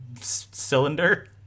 cylinder